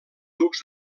ducs